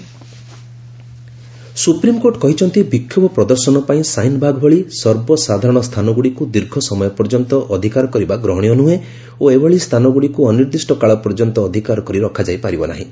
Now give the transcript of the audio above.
SC Shaheen Bagh supreme court କହିଛନ୍ତି ବିକ୍ଷୋଭ ପ୍ରଦର୍ଶନ ପାଇଁ ସାହିନବାଗ ଭଳି ସର୍ବସାଧାରଣ ସ୍ଥାନଗୁଡ଼ିକୁ ଦୀର୍ଘସମୟ ପର୍ଯ୍ୟନ୍ତ ଅଧିକାର କରିବା ଗ୍ରହଣୀୟ ନୁହେଁ ଓ ଏଭଳି ସ୍ଥାନଗୁଡ଼ିକୁ ଅନିର୍ଦ୍ଧିଷ୍ଟ କାଳ ପର୍ଯ୍ୟନ୍ତ ଅଧିକାର କରି ରଖାଯାଇ ପାରିବ ନାହିଁ